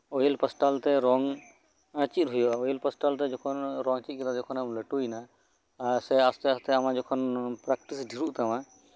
oil ᱯᱟᱥᱴᱟᱞᱛᱮ ᱨᱚᱝ ᱪᱮᱫ ᱦᱳᱭᱳᱜᱼᱟ ᱳᱭᱮᱞ ᱯᱟᱥᱴᱟᱞ ᱨᱮ ᱨᱚᱝ ᱮᱢ ᱪᱮᱫ ᱠᱮᱫᱟ ᱡᱚᱠᱷᱚᱱ ᱮᱢ ᱞᱟᱹᱴᱩᱭᱮᱱᱟ ᱟᱨ ᱟᱥᱛᱮ ᱟᱥᱛᱮ ᱟᱢᱟᱜ ᱡᱚᱠᱷᱚᱱ ᱯᱨᱮᱠᱴᱤᱥ ᱫᱷᱮᱹᱨᱚᱜ ᱛᱟᱢᱟ